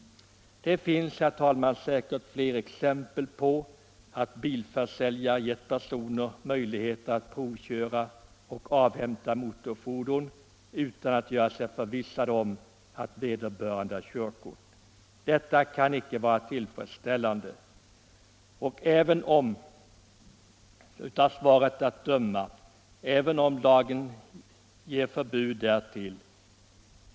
Det finns, herr talman, säkert fler exempel på att bilförsäljare gett personer möjligheter att provköra och avhämta motorfordon utan att göra sig förvissade om att vederbörande har körkort. Detta kan icke vara tillfredsställande. Av svaret att döma förbjuder lagen sådant.